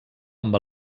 amb